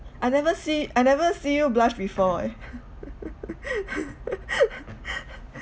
I never see I never see you blush before eh